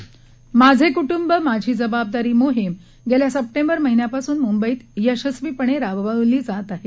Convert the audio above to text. माझे कुटुंब माझी जबाबदारी मोहिम गेल्या सप्टेंबर महिन्यापासून मुंबईत यशस्वीपणे राबवली जात आहे